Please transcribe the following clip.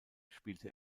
spielte